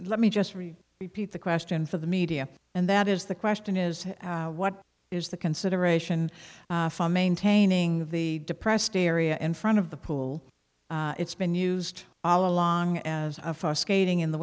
let me just repeat the question for the media and that is the question is what is the consideration for maintaining the depressed area in front of the pool it's been used all along as far skating in the